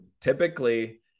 typically